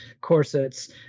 corsets